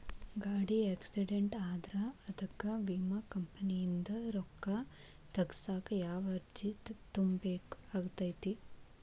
ಗಾಡಿ ಆಕ್ಸಿಡೆಂಟ್ ಆದ್ರ ಅದಕ ವಿಮಾ ಕಂಪನಿಯಿಂದ್ ರೊಕ್ಕಾ ತಗಸಾಕ್ ಯಾವ ಅರ್ಜಿ ತುಂಬೇಕ ಆಗತೈತಿ?